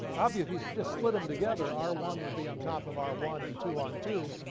obviously if you just slid them together, r one would be on top of r one and two on two,